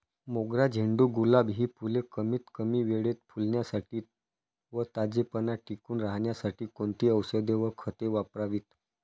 मोगरा, झेंडू, गुलाब हि फूले कमीत कमी वेळेत फुलण्यासाठी व ताजेपणा टिकून राहण्यासाठी कोणती औषधे व खते वापरावीत?